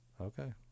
okay